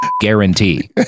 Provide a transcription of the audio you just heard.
guarantee